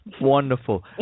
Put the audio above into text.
Wonderful